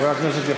חברי הכנסת,